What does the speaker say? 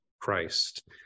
Christ